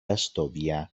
estudiar